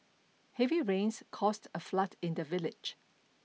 heavy rains caused a flood in the village